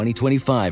2025